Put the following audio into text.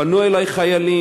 פנו אלי חיילים,